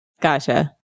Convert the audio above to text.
gotcha